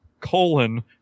colon